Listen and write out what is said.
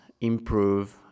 improve